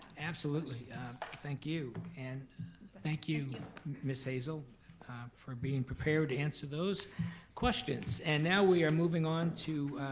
absolutely thank you. and thank you miss hazel for being prepared to answer those questions and now we are moving on to